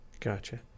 Gotcha